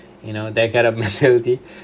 you know that kind of maturity